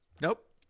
Nope